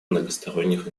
многосторонних